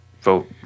vote